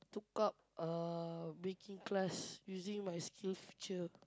took up uh baking class using my SkillsFuture